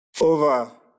over